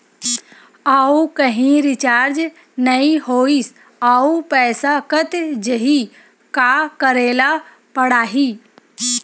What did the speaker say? आऊ कहीं रिचार्ज नई होइस आऊ पईसा कत जहीं का करेला पढाही?